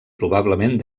probablement